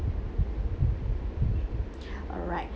alright